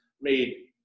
made